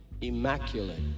immaculate